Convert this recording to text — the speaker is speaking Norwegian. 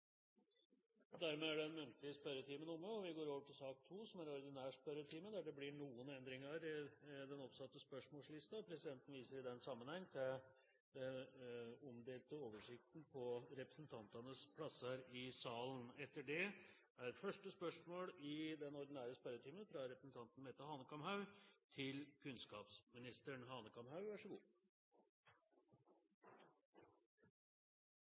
Dermed er den muntlige spørretimen omme. Det blir noen endringer i den oppsatte spørsmålslisten, og presidenten viser i den sammenheng til den oversikten som er omdelt på representantenes plasser i salen. De foreslåtte endringene i dagens spørretime foreslås godkjent. – Det anses vedtatt. Endringene var som følger: Spørsmål 2, fra representanten Svein Harberg til kunnskapsministeren,